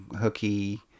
hooky